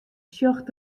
sjocht